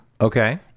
Okay